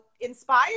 inspired